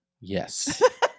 Yes